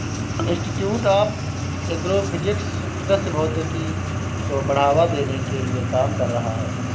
institute of agro physics कृषि भौतिकी को बढ़ावा देने के लिए काम कर रहा है